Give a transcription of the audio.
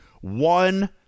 one